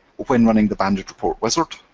when running the banded report wizard,